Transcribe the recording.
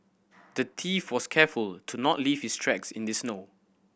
the thief was careful to not leave his tracks in this snow